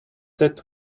that